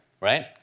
right